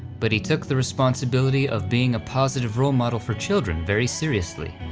but he took the responsibility of being a positive role model for children very seriously,